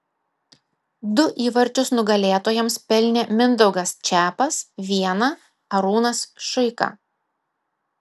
du įvarčius nugalėtojams pelnė mindaugas čepas vieną arūnas šuika